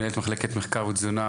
מנהלת מחלקת מחקר ותזונה,